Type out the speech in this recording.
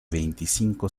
veinticinco